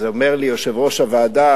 אז אומר לי יושב-ראש הוועדה: